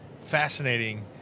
fascinating